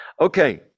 Okay